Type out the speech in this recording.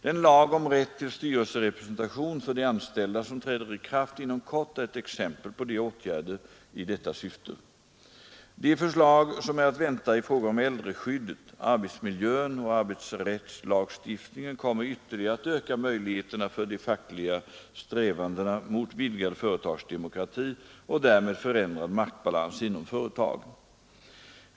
Den lag om rätt till styrelserepresentation för de anställda som träder i kraft inom kort är ett exempel på åtgärder i detta syfte. De förslag som är att vänta i fråga om äldreskyddet, arbetsmiljön och arbetsrättslagstiftningen kommer ytterligare att öka möjligheterna för de fackliga strävandena mot vidgad företagsdemokrati och därmed förändrad maktbalans inom företagen.